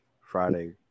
Friday